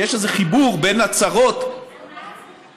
שיש איזה חיבור בין הצהרות לבין